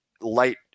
light